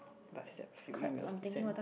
but still have few emails to send